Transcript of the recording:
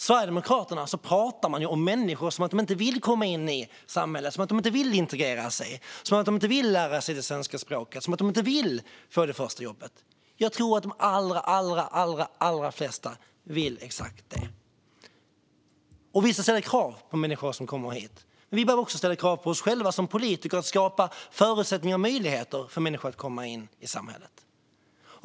Sverigedemokraterna pratar om människor som att de inte vill komma in i samhället, inte vill integreras, inte vill lära sig svenska språket och inte vill få det första jobbet. Men jag tror att de allra flesta vill exakt det. Vi ska ställa krav på människor som kommer hit, men vi behöver också ställa krav på oss själva som politiker att skapa förutsättningar och möjligheter för människor att komma in i samhället.